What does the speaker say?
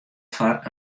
foar